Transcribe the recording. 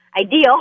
ideal